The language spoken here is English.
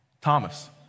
Thomas